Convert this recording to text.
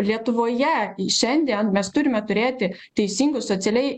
lietuvoje šiandien mes turime turėti teisingus socialiai